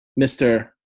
Mr